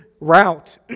route